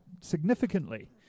significantly